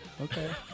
Okay